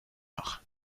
nach